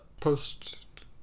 post